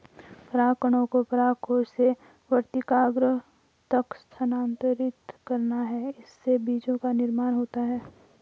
परागकणों को परागकोश से वर्तिकाग्र तक स्थानांतरित करना है, इससे बीजो का निर्माण होता है